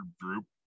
group